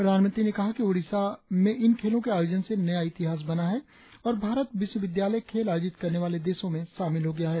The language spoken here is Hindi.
प्रधानमंत्री ने कहा कि ओडिशा में इन खेलों के आयोजन से नया इतिहास बना है और भारत विश्वविद्यालय खेल आयोजित करने वाले देशों में शामिल हो गया है